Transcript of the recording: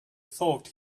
thought